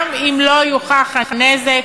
גם אם לא יוכח הנזק,